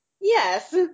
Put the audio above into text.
Yes